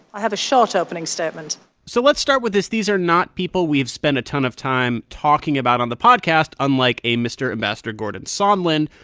i have a short opening statement so let's start with this. these are not people we've spent a ton of time talking about on the podcast, unlike a mr. ambassador gordon sondland.